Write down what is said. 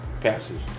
passes